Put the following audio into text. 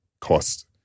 cost